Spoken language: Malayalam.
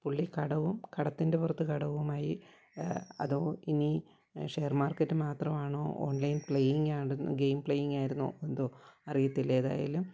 പുള്ളി കടവും കടത്തിൻ്റെ പുറത്ത് കടവുമായി അതോ ഇനി ഷെയർ മാർക്കറ്റ് മാത്രമാണോ ഓൺലൈൻ പ്ലെയിങ്ങ് ആടുന്നു ഗെയിംമ് പ്ലെയിങ്ങ് ആയിരുന്നോ എന്തോ അറിയത്തില്ല ഏതായാലും